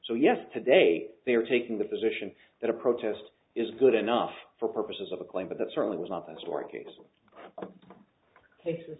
so yes today they are taking the position that a protest is good enough for purposes of a claim but that certainly was not t